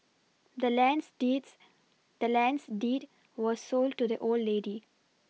the land's deeds the land's deed was sold to the old lady